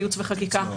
כייעוץ וחקיקה,